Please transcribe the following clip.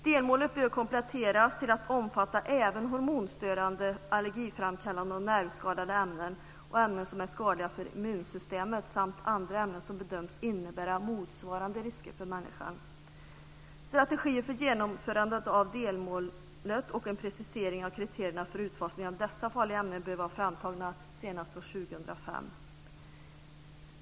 Delmålet bör kompletteras till att omfatta även hormonstörande, allergiframkallande och nervskadande ämnen, ämnen som är skadliga för immunsystemet samt andra ämnen som bedöms innebära motsvarande risker för människor. Strategier för genomförandet av delmålet och en precisering av kriterier för utfasningen av dessa farliga ämnen bör vara framtagna senast 2005.